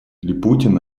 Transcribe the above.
липутин